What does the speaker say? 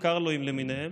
ה"קרלו" למיניהם,